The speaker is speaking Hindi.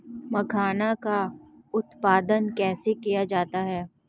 मखाना का उत्पादन कैसे किया जाता है?